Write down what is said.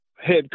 head